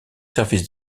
services